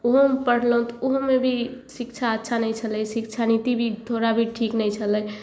ओहोमे पढ़लहुँ तऽ ओहोमे भी शिक्षा अच्छा नहि छलै शिक्षा नीति भी थोड़ा भी ठीक नहि छलै